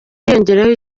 hiyongeraho